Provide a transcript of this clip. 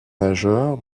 major